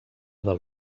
del